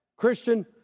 Christian